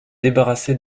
débarrassée